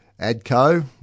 Adco